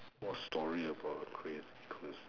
what story about a crazy coincidence